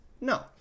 No